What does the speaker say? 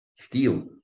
steel